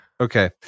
Okay